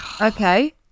Okay